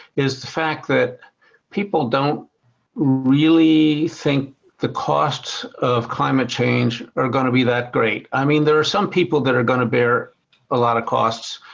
is the fact that people don't really think the costs of climate change are gonna be that great. i mean there are some people that are gonna bear a lot of costs,